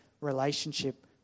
relationship